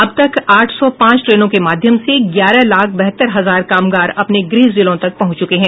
अब तक आठ सौ पांच ट्रेनों के माध्यम से ग्यारह लाख बहत्तर हजार कामगार अपने गृह जिलों तक पहुंच चुके हैं